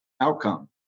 Outcome